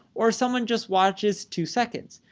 or someone just watches two seconds.